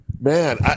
Man